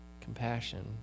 Compassion